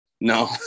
No